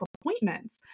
appointments